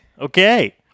Okay